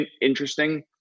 interesting